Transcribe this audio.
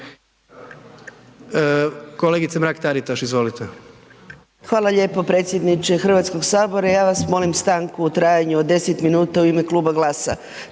izvolite. **Mrak-Taritaš, Anka (GLAS)** Hvala lijepo predsjedniče Hrvatskog sabora, ja vas molim stanku u trajanju od 10 min u ime kluba GLAS-a.